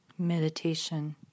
Meditation